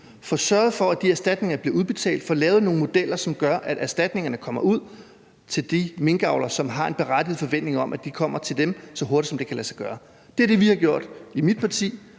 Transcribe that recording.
få sørget for, at de erstatninger bliver udbetalt, og få lavet nogle modeller, som gør, at erstatningerne kommer ud til de minkavlere, som har en berettiget forventning om, at de kommer til dem så hurtigt, som det kan lade sig gøre. Det er det, vi har gjort i mit parti,